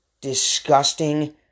disgusting